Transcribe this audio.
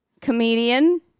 comedian